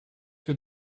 que